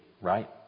right